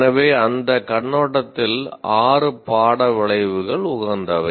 எனவே அந்த கண்ணோட்டத்தில் 6 பாட விளைவுகள் உகந்தவை